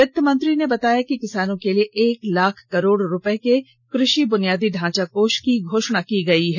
वित्तामंत्री ने बताया कि किसानों के लिए एक लाख करोड रूपये के कृषि ब्नियादी ढांचा कोष की घोषणा की गई है